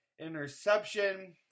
interception